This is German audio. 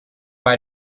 bei